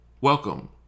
Welcome